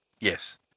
Yes